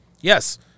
yes